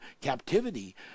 captivity